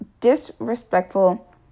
disrespectful